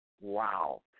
Wow